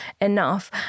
enough